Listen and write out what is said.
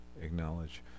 acknowledge